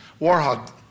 Warhol